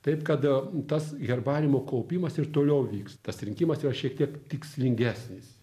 taip kad tas herbariumo kaupimas ir toliau vyks tas rinkimas yra šiek tiek tikslingesnis